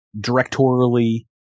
directorially